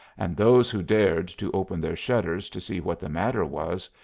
and those who dared to open their shutters to see what the matter was,